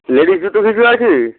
ladies জুতো কিছু আছে